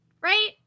right